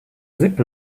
zip